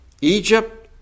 Egypt